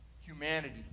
humanity